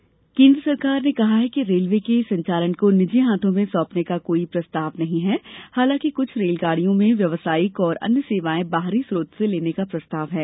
rail Rajya Sabha केन्द्र सरकार ने कहा है कि रेलवे के संचालन को निजी हाथों में सौंपने का कोई प्रस्ताव नहीं है हालांकि कुछ रेलगाडियों में व्यावसायिक और अन्य सेवाएं बाहरी स्रोत से लेने का प्रस्ताव है